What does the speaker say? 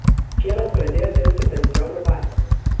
šiemet pradėjo dirbti pensiono batsiuviu